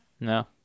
No